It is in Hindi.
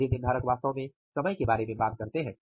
अवधि निर्धारक वास्तव में समय के बारे में बात करते हैं